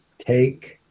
take